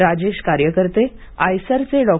राजेश कार्यकर्ते आयसरचे डॉ